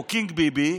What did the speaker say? או קינג ביבי,